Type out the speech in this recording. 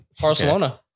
Barcelona